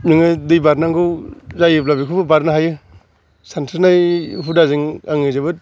नोङो दै बारनांगौ जायोब्ला बेखौबो बारनो हायो सानस्रिनाय हुदाजों आङो जोबोद